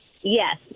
Yes